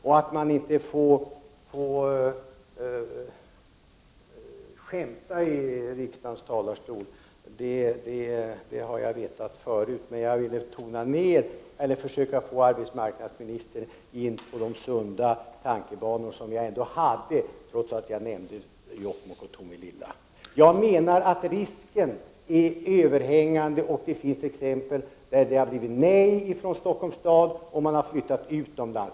Jag vet sedan tidigare att man inte får skämta i riksdagens talarstol, men jag vill försöka få arbetsmarknadsministern in på de sunda tankebanor som jag ändå hade trots att jag nämnde Jokkmokk och Tomelilla. Jag menar att risken är överhängande, och det finns exempel på att företag har fått nej från Stockholms stad och därför har flyttat utomlands.